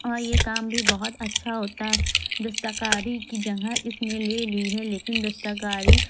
اور یہ کام بھی بہت اچھا ہوتا ہے دستہ کاری کی جگہ اس نے لے لی ہے لیکن دستہ کاری